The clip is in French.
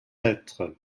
être